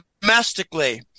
domestically